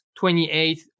28